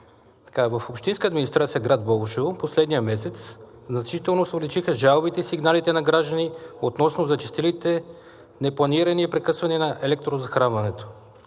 В общинската администрация на град Бобошево в последния месец значително се увеличиха жалбите и сигналите на граждани относно зачестилите непланирани прекъсвания на електрозахранването.